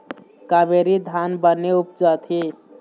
कावेरी धान बने उपजथे?